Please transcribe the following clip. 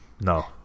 No